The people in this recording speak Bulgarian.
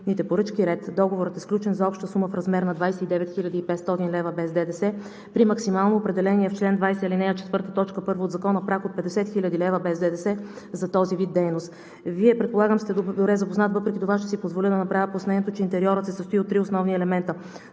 Договорът е сключен за обща сума в размер на 29 хил. 500 лв. без ДДС при максимално определения чл. 20, ал. 4, т. 1 от Закона праг от 50 хил. лв. без ДДС за този вид дейност. Вие, предполагам, сте добре запознат. Въпреки това ще си позволя да направя пояснението, че интериорът се състои от три основни елемента: